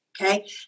Okay